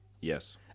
Yes